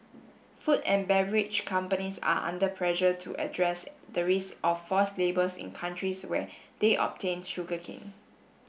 food and beverage companies are under pressure to address the risk of forced labours in countries where they obtain sugar cane